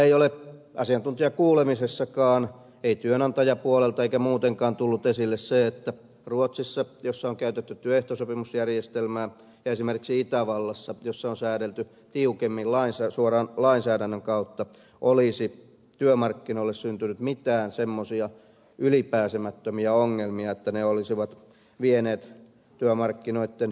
ei ole asiantuntijakuulemisessakaan ei työnantajapuolelta eikä muutenkaan tullut esille se että ruotsissa jossa on käytetty työehtosopimusjärjestelmää ja esimerkiksi itävallassa jossa on säädelty tiukemmin suoraan lainsäädännön kautta olisi työmarkkinoille syntynyt mitään semmoisia ylipääsemättömiä ongelmia että ne olisivat vieneet työmarkkinoitten jouston